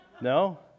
No